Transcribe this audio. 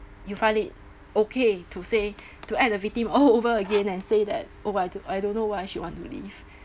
you find it okay to say to act the victim all over again and say that oh I do~ I don't know why she want to leave